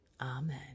amen